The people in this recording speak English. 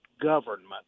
government